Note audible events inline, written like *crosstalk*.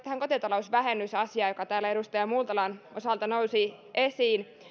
*unintelligible* tähän kotitalousvähennysasiaan joka täällä edustaja multalan osalta nousi esiin